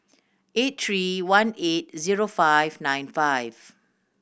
eight three one eight zero five nine five